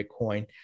Bitcoin